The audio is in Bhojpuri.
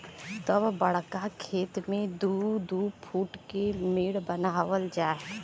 तब बड़का खेत मे दू दू फूट के मेड़ बनावल जाए